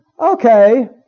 okay